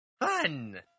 fun